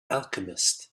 alchemist